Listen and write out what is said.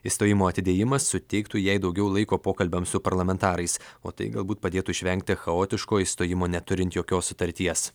išstojimo atidėjimas suteiktų jai daugiau laiko pokalbiams su parlamentarais o tai galbūt padėtų išvengti chaotiško išstojimo neturint jokios sutarties